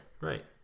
Right